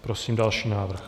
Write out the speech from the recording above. Prosím další návrh.